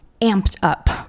amped-up